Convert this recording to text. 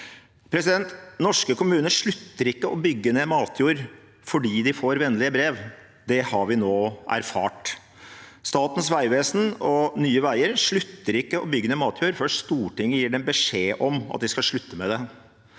Norske kommuner slutter ikke å bygge ned matjord fordi de får vennlige brev. Det har vi nå erfart. Statens vegvesen og Nye veier slutter ikke å bygge ned matjord før Stortinget gir dem beskjed om at de skal slutte med det.